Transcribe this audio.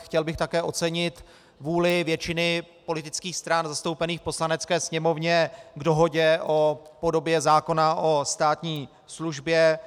Chtěl bych také ocenit vůli většiny politických stran zastoupených v Poslanecké sněmovně k dohodě o podobě zákona o státní službě.